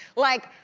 like,